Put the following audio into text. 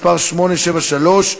מס' מ/848.